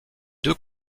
deux